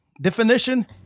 definition